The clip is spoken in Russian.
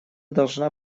должна